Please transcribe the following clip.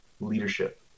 leadership